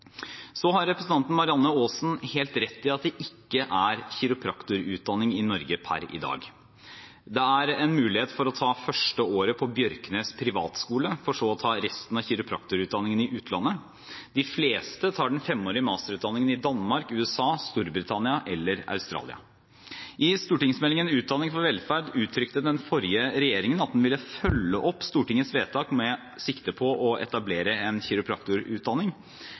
Så har representanten Marianne Aasen helt rett i at det ikke er kiropraktorutdanning i Norge per i dag. Det er en mulighet for å ta første året på Bjørknes Privatskole, for så å ta resten av kiropraktorutdanningen i utlandet. De fleste tar den femårige masterutdanningen i Danmark, USA, Storbritannia eller Australia. I stortingsmeldingen Utdanning for velferd uttrykte den forrige regjeringen at den ville følge opp Stortingets vedtak med sikte på å etablere en kiropraktorutdanning,